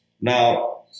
Now